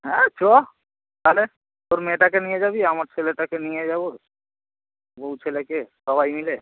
হ্যাঁ চ তালে তোর মেয়েটাকে নিয়ে যাবি আমার ছেলেটাকে নিয়ে যাবো বউ ছেলেকে সবাই মিলে